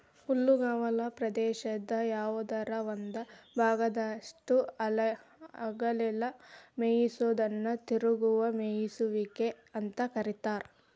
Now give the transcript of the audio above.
ಹುಲ್ಲುಗಾವಲ ಪ್ರದೇಶದ ಯಾವದರ ಒಂದ ಭಾಗದಾಗಷ್ಟ ಹಗಲೆಲ್ಲ ಮೇಯಿಸೋದನ್ನ ತಿರುಗುವ ಮೇಯಿಸುವಿಕೆ ಅಂತ ಕರೇತಾರ